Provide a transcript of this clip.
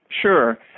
Sure